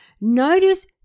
Notice